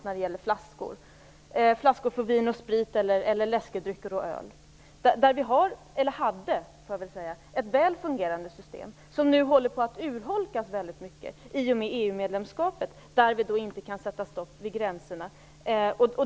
När det gäller t.ex. flaskor från Vin och Sprit eller flaskor för läskedrycker och öl hade vi ett väl fungerande system som nu håller på att urholkas i och med EU-medlemskapet, som gör att vi inte kan sätta stopp vid gränserna.